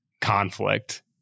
conflict